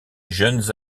jeunes